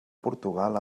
portugal